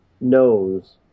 knows